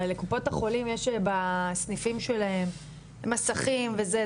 הרי לקופות החולים יש בסניפים שלהם מסכים וזה,